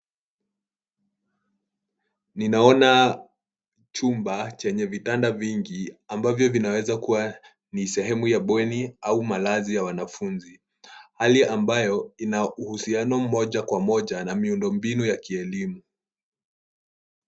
Ninaona chumba chenye vitanda vingi ambavyo vinaweza kuwa ni sehemu ya bweni au malazi ya wanafunzi. Hali ambayo inahusiano moja kwa moja na miundombinu ya elimu.